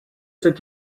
před